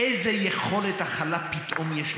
אי-אפשר שכל פעם כשעולים לכאן,